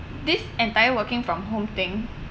this entire working from home thing